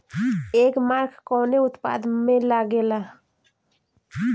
एगमार्क कवने उत्पाद मैं लगेला?